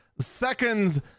seconds